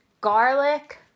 garlic